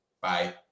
Bye